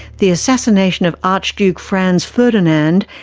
the assassination of archduke franz ferdinand,